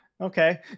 Okay